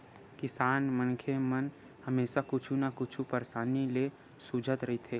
किसान मनखे मन हमेसा कुछु न कुछु परसानी ले जुझत रहिथे